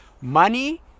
Money